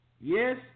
Yes